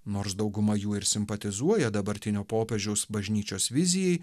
nors dauguma jų ir simpatizuoja dabartinio popiežiaus bažnyčios vizijai